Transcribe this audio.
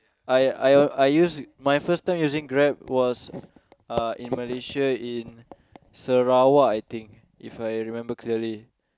I I I use my first time using Grab was uh in Malaysia in Sarawak I think If I remember clearly